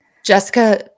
Jessica